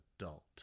adult